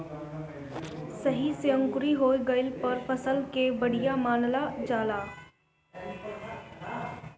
सही से अंकुरी हो गइला पर फसल के बढ़िया मानल जाला